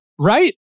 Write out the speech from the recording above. Right